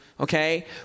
okay